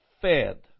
fed